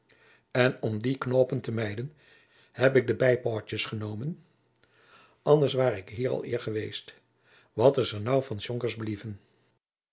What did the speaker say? en om die knoâpen te mijden heb ik de bijpoâdjens enomen anders ware ik hier al eer geweest wat is er nou van s